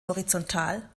horizontal